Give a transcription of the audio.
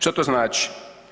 Što to znači?